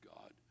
God